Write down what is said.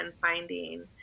finding